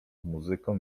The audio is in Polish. muzyką